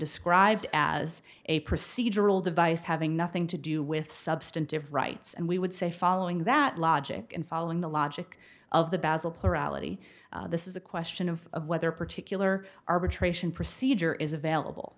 described as a procedural device having nothing to do with substantive rights and we would say following that logic and following the logic of the basil plurality this is a question of whether a particular arbitration procedure is available